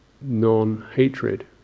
non-hatred